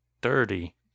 Dirty